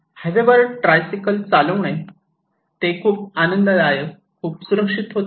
हायवेवर ट्रायसायकल चालविणे ते खूप आनंददायक खूप सुरक्षित होते